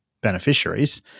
beneficiaries